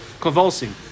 convulsing